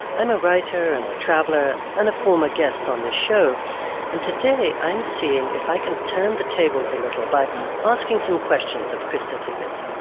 i'm a writer and a traveler and a former guest on this show and today i'm seeing if i can turn the tables a little by asking some questions of krista tippett.